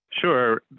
Sure